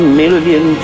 million